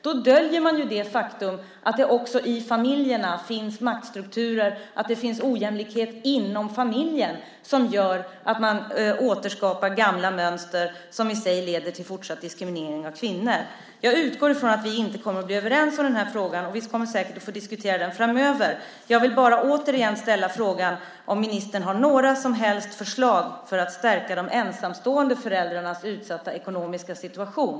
Då döljer man ju det faktum att det också inom familjerna finns maktstrukturer och ojämlikhet som gör att man återskapar gamla mönster som i sig leder till fortsatt diskriminering av kvinnor. Jag utgår ifrån att vi inte kommer att bli överens om den här frågan. Vi kommer säkert att få diskutera den framöver. Jag vill bara återigen ställa frågan om ifall ministern har några som helst förslag för att stärka de ensamstående föräldrarnas utsatta ekonomiska situation.